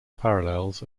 parallels